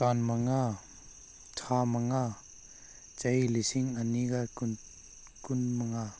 ꯇꯥꯡ ꯃꯉꯥ ꯊꯥ ꯃꯉꯥ ꯆꯍꯤ ꯂꯤꯁꯤꯡ ꯑꯅꯤꯒ ꯀꯨꯟ ꯀꯨꯟ ꯃꯉꯥ